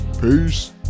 Peace